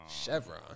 Chevron